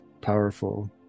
powerful